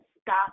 stop